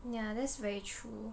ya that's very true